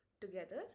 together